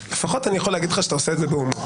לפחות אני יכול להגיד לך שאתה עושה את זה בהומור,